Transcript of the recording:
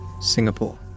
Singapore